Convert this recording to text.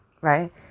right